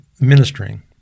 ministering